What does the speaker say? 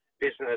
business